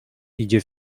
idzie